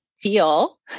feel